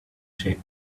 shape